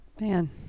Man